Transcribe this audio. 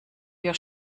wir